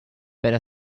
better